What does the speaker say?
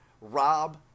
rob